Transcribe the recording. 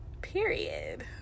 Period